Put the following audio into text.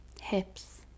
hips